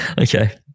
Okay